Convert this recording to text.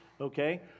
Okay